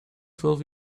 twelve